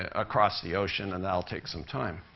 across the ocean, and that'll take some time.